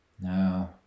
No